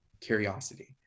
curiosity